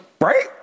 Right